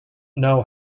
know